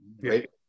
Right